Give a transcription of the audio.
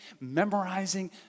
memorizing